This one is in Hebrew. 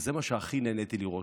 וזה מה שהכי נהניתי לראות,